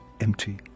empty